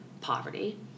poverty